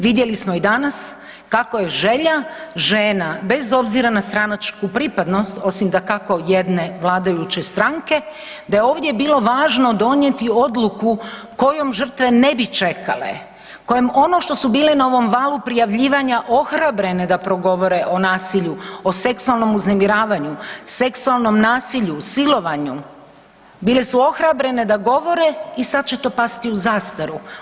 Vidjeli smo i danas kako je želja žena bez obzira na stranačku pripadnost osim dakako jedne, vladajuće stranke, da je ovdje bilo važno donijeti odluku kojom žrtve ne bi čekale, kojem ono što su bile na ovom valu prijavljivanja ohrabrene da progovore o nasilju, o seksualnom uznemiravanju, seksualnom nasilju, silovanju, bile su ohrabrene da govore i sad će to pasti u zastaru.